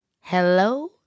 hello